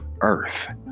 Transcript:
Earth